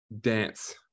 Dance